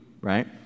right